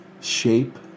shape